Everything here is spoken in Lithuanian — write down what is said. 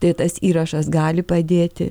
tai tas įrašas gali padėti